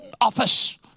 office